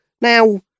Now